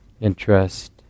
interest